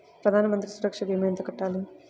ప్రధాన మంత్రి సురక్ష భీమా ఎంత కట్టాలి?